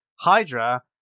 Hydra